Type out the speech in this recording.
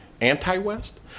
anti-West